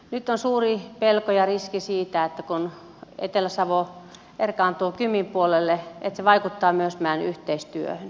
nyt on suuri pelko ja riski että kun etelä savo erkaantuu kymin puolelle se vaikuttaa myös meidän yhteistyöhömme